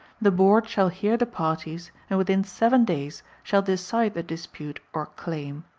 the board shall hear the parties and within seven days shall decide the dispute or claim.